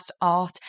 art